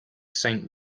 santa